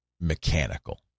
mechanical